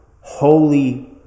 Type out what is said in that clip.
holy